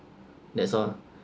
that's all